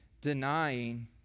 denying